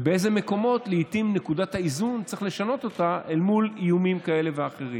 ובאיזה מקומות צריך לשנות את נקודת האיזון אל מול איומים כאלה ואחרים.